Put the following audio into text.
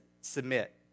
submit